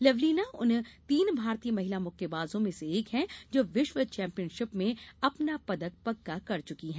लवलीना उन तीन भारतीय महिला मुक्केबाजों में से एक है जो विश्व चैंपियनशिप में अपना पदक पक्का कर चुकी हैं